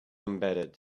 embedded